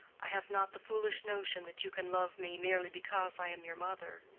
i have not the foolish notion that you can love me merely because i am your mother,